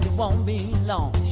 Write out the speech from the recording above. won't be long.